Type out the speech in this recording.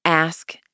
Ask